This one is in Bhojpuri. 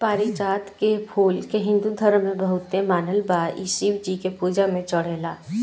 पारिजात के फूल के हिंदू धर्म में बहुते मानल बा इ शिव जी के पूजा में चढ़ेला